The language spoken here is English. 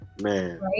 Man